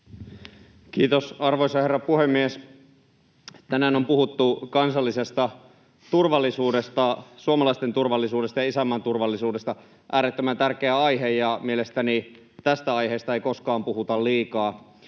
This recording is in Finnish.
Kiitos, arvoisa herra puhemies! Tänään on puhuttu kansallisesta turvallisuudesta, suomalaisten turvallisuudesta ja isänmaan turvallisuudesta — äärettömän tärkeä aihe, ja mielestäni tästä aiheesta ei koskaan puhuta liikaa.